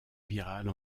virale